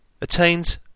attains